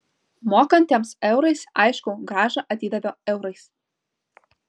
mokantiems eurais aišku grąžą atidavė eurais